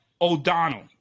O'Donnell